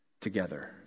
together